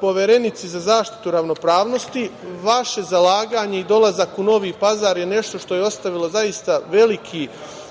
Poverenici za zaštitu ravnopravnosti. Vaše zalaganje i dolazak u Novi Pazar je nešto što je ostavilo zaista veliki